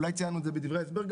אולי ציינו את זה גם בדברי ההסבר,